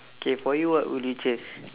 okay for you what would you change